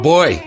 Boy